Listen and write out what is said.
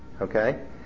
Okay